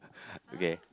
okay